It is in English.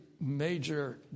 major